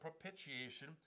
propitiation